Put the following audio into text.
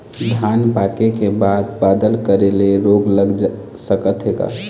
धान पाके के बाद बादल करे ले रोग लग सकथे का?